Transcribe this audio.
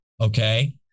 Okay